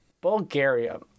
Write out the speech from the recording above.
Bulgaria